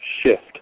shift